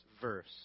verse